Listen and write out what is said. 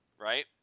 right